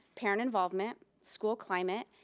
parent involvement, school climate,